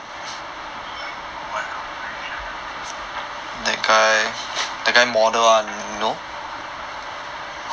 oh I'm not very sure then I don't know who is he